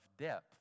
depth